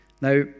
Now